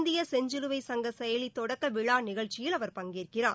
இந்திய செஞ்சிலுவைச் சங்க செயலி தொடக்க விழா நிகழ்ச்சியில் அவர் பங்கேற்கிறார்